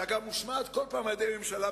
שאגב מושמעת כל הזמן על-ידי הממשלה,